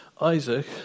Isaac